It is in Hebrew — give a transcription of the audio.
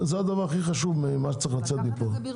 זה הדבר הכי חשוב ממה שצריך לצאת מפה.